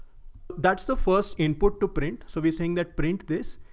that's the first input to print. so we're saying that print this,